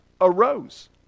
arose